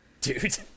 dude